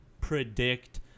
predict